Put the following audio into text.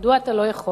מדוע אתה לא יכול?